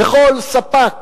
וכל ספק